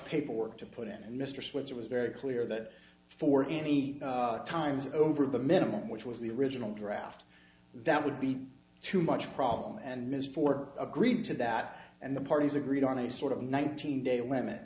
paperwork to put in and mr switch it was very clear that for any times over the minimum which was the original draft that would be too much problem and miss four agreed to that and the parties agreed on a sort of nineteen day limit